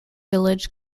village